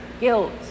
guilt